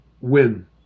Win